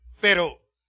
Pero